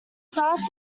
started